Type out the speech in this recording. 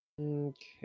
okay